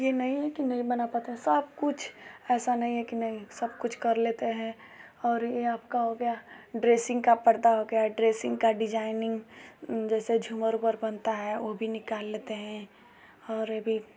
ये नही है कि नही बना पाते हैं सब कुछ ऐसा नही है कि नही सब कुछ कर लेते हैं और ये आपका हो गया ड्रेसिंग का पर्दा हो गया ड्रेसिंग का डिजाइनिंग जैसे झूमर ऊमर बनता है वो भी निकाल लेते हैं और ये भी